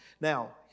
Now